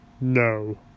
No